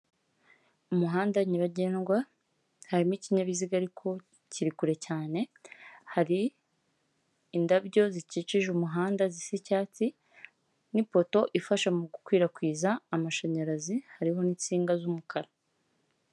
Umuhanda nyabagendwa harimo ikinyabiziga ariko kiri kure cyane hari indabyo zikikije umuhanda zisa icyatsi n'ipoto ifasha mu gukwirakwiza amashanyarazi hariho n'insinga z'umukara.